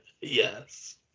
Yes